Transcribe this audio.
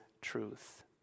truth